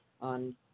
on